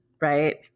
right